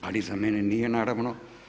Ali za mene nije naravno.